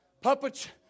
puppets